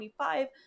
25